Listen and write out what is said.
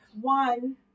One